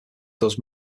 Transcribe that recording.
does